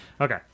Okay